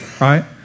Right